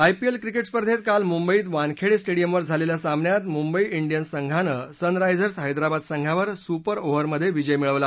IPL cricket स्पर्धेत काल मुंबईत वानखेडे स्टेडियमवर झालेल्या सामन्यात मुंबई डियन्स संघानं सनरायझर्स हैदराबाद संघावर सुपर ओव्हरमध्ये विजय मिळवला